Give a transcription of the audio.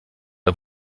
der